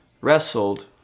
wrestled